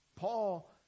Paul